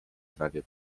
trawie